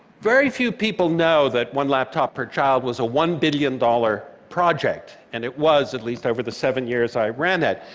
very few people know that one laptop per child was a one billion dollars project, and it was, at least over the seven years i ran it,